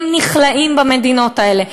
הם נכלאים במדינות האלה,